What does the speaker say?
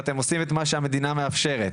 אתם עושים את מה שהמדינה מאפשרת.